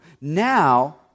Now